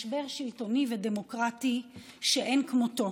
משבר שלטוני ודמוקרטי שאין כמותו: